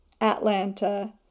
Atlanta